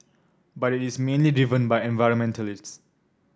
but is mainly driven by environmentalists